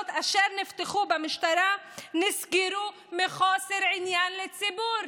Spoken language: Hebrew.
אשר נפתחו במשטרה נסגרו מחוסר עניין לציבור.